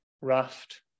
raft